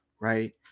right